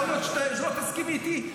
יכול להיות שלא תסכימי איתי.